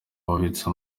babitse